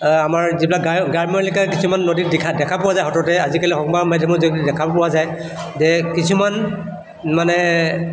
আমাৰ যিবিলাক গায় গ্ৰাম্য এলেকা কিছুমান নদীত দেখা দেখা পোৱা যায় সততে আজিকালি সংবাদ মাধ্যমত দেখা পোৱা যায় যে কিছুমান মানে